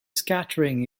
scattering